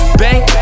bang